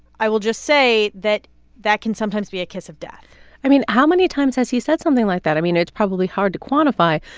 i will just say that that can sometimes be a kiss of death i mean, how many times has he said something like that? i mean, it's probably hard to quantify.